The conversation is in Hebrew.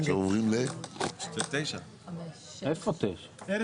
עוברים להסתייגות מספר 9. כמובן,